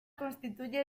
constituye